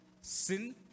sin